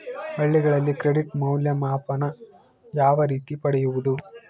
ಹಳ್ಳಿಗಳಲ್ಲಿ ಕ್ರೆಡಿಟ್ ಮೌಲ್ಯಮಾಪನ ಯಾವ ರೇತಿ ಪಡೆಯುವುದು?